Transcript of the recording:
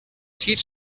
teach